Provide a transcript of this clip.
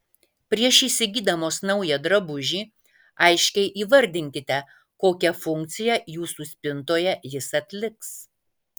prieš įsigydamos naują drabužį aiškiai įvardinkite kokią funkciją jūsų spintoje jis atliks